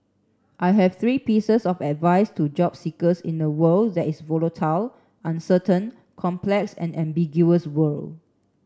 I have three pieces of advice to job seekers in a world that is volatile uncertain complex and ambiguous world